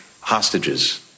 hostages